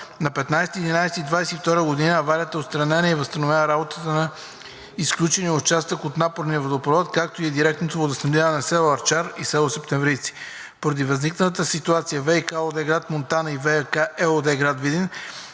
На 15 ноември 2022 г. аварията е отстранена и е възстановена работата на изключения участък от напорния водопровод, както и директното водоснабдяване на село Арчар и село Септемврийци. Поради възникналата ситуация ВиК ООД – град Монтана, и ВиК ЕООД – град Видин,